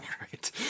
right